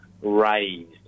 raised